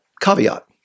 caveat